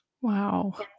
Wow